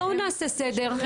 בואו נעשה סדר,